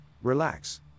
Relax